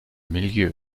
milieu